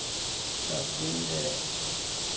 ᱥᱟᱛ ᱫᱤᱱ ᱨᱮ